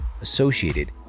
associated